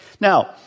Now